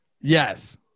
Yes